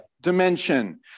dimension